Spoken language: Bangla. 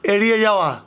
এড়িয়ে যাওয়া